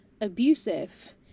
abusive